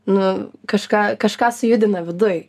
nu kažką kažką sujudina viduj